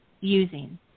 using